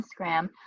Instagram